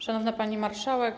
Szanowna Pani Marszałek!